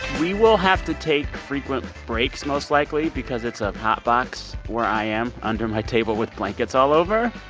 we will have to take frequent breaks most likely because it's a hotbox where i am under my table with blankets all over.